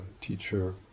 teacher